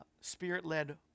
Spirit-led